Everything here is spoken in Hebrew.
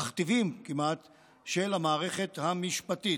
התכתיבים-כמעט של המערכת המשפטית.